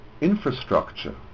infrastructure